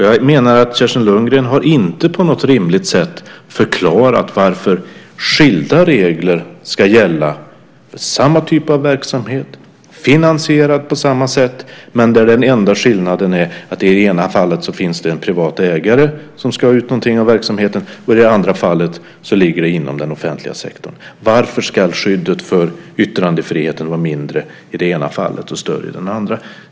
Jag menar att Kerstin Lundgren inte på något rimligt sätt har förklarat varför skilda regler ska gälla för samma typ av verksamhet, finansierad på samma sätt men där den enda skillnaden är att i det ena fallet finns det en privat ägare som ska ha ut någonting av verksamheten och i det andra fallet ligger det inom den offentliga sektorn. Varför ska skyddet för yttrandefriheten vara mindre i det ena fallet och större i det andra?